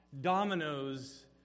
dominoes